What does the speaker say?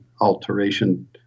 alteration